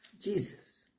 Jesus